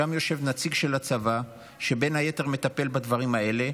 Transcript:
שם יושב נציג של הצבא שבין היתר מטפל בדברים האלה,